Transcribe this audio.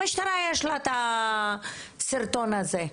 למשטרה יש את הסרטון הזה.